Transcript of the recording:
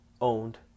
owned